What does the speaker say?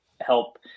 help